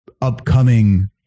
upcoming